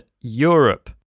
Europe